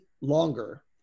longer